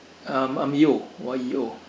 um I'm yeo Y E O